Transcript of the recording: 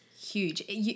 Huge